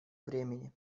времени